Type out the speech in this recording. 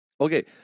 Okay